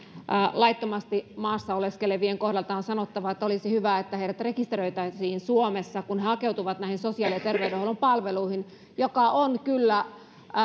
laittomasti maassa oleskelevien kohdalta on sanottava että olisi hyvä että heidät rekisteröitäisiin suomessa kun he hakeutuvat näihin sosiaali ja terveydenhuollon palveluihin joka on kyllä